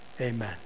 Amen